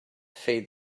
feed